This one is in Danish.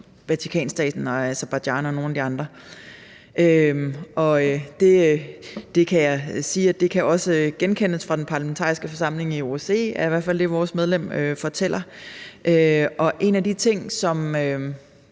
Vatikanstaten og Aserbajdsjan og nogle af de andre. Det vil jeg sige også kan genkendes fra OSCE's Parlamentariske Forsamling, det er i hvert fald det, vores medlem fortæller. Og en af de ting, der